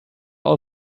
all